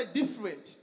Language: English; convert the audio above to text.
different